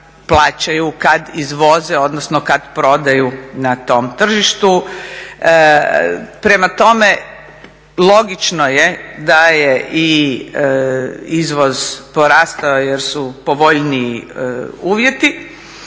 plaćaju kad izvoze, odnosno kad prodaju na tom tržištu. Prema tome, logično je da je i izvoz porastao jer su povoljniji uvjeti